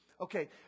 Okay